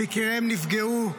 שיקיריהן נפגעו,